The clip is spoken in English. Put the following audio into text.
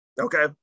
Okay